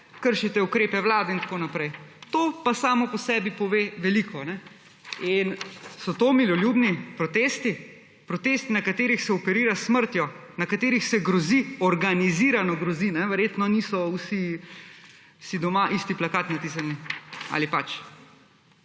kršite ukrepe vlade in tako naprej, to pa samo po sebi pove veliko. In so to miroljubni protesti, protesti, na katerih se operira s smrtjo, na katerih se grozi, organizirano grozi, verjetno ni so vsi si doma isti plakat natisnili, ali pač?